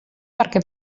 perquè